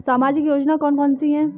सामाजिक योजना कौन कौन सी हैं?